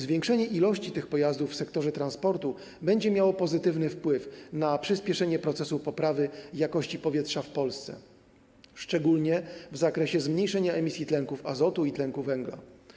Zwiększenie liczby tych pojazdów w sektorze transportu będzie miało pozytywny wpływ na przyspieszenie procesu poprawy jakości powietrza w Polce, szczególnie w zakresie zmniejszenia emisji tlenków azotu i węgla.